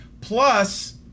Plus